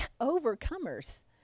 overcomers